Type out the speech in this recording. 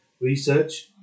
research